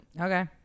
okay